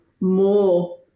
more